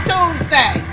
Tuesday